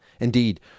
Indeed